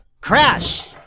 Crash